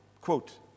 quote